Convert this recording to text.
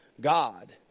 God